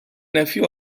nephew